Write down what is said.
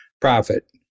profit